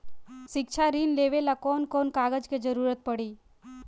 शिक्षा ऋण लेवेला कौन कौन कागज के जरुरत पड़ी?